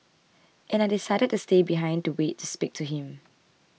and I decided to stay behind to wait to speak to him